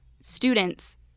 students